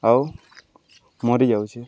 ଆଉ ମରିଯାଉଚେ